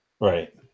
Right